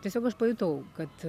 tiesiog aš pajutau kad